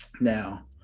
Now